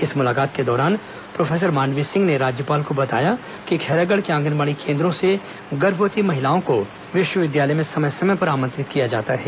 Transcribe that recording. इस मुलाकात के दौरान प्रोफेसर मांडवी सिंह ने राज्यपाल को बताया कि खैरागढ़ के आंगनबाड़ी केन्द्रों से गर्भवती महिलाओं को विश्वविद्यालय में समय समय पर आमंत्रित किया जाता है